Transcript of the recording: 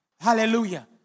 Hallelujah